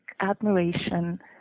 admiration